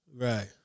right